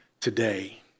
today